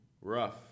Rough